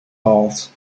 halls